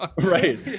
right